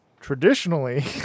traditionally